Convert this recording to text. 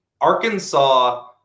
Arkansas